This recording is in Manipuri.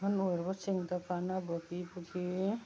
ꯑꯍꯟ ꯑꯣꯏꯔꯕꯁꯤꯡꯗ ꯀꯥꯟꯅꯕ ꯄꯤꯕꯒꯤ